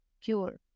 cure